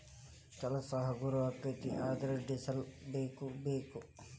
ಕೆಲಸಾ ಹಗರ ಅಕ್ಕತಿ ಆದರ ಡಿಸೆಲ್ ಬೇಕ ಬೇಕು